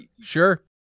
sure